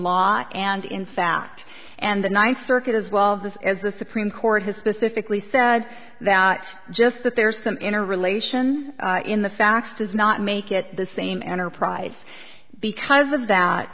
law and in fact and the ninth circuit as well this is the supreme court has specific lee said that just that there's some interrelation in the facts does not make it the same enterprise because of that